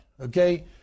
okay